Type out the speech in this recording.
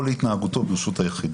או להתנהגותו ברשות היחיד".